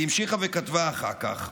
והיא המשיכה וכתבה אחר כך,